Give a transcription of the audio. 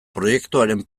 proiektuaren